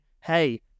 hey